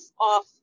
off